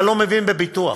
אתה לא מבין בביטוח,